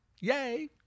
Yay